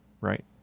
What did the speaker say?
Right